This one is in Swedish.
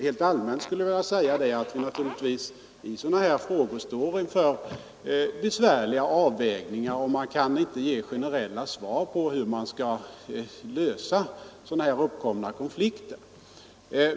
Rent allmänt skulle jag vilja säga att vi naturligtvis i sådana här frågor står inför besvärliga avvägningar. Man kan inte ge generella svar på hur uppkomna konflikter av det här slaget skall lösas.